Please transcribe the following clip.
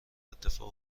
اتفاق